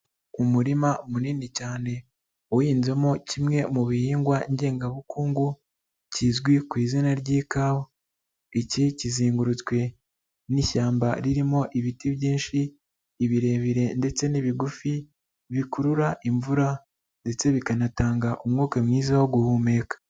Umurima munini cyane uhinzemo kimwe mu bihingwa ngengabukungu kizwi ku izina ry'ikawa, iki kizengurutswe n'ishyamba ririmo ibiti byinshi ibirebire ndetse n'ibigufi bikurura imvura ndetse bikanatanga umwuka mwiza wo guhumeka.